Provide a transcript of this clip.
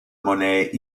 monnaies